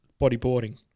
bodyboarding